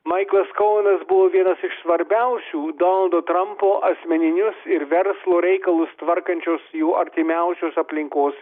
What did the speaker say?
maiklas koenas buvo vienas iš svarbiausių donaldo trampo asmeninius ir verslo reikalus tvarkančios jų artimiausios aplinkos veikėjų